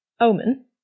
Omen